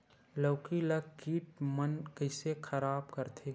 लौकी ला कीट मन कइसे खराब करथे?